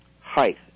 height